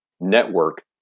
network